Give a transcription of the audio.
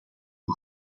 een